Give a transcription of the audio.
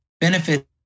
Benefit